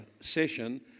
session